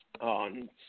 on